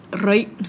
right